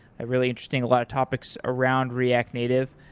ah really interesting, a lot of topics around react native.